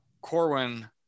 Corwin